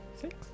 Six